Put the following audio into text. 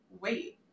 wait